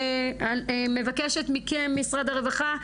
מבקשת מכם, משרד הרווחה,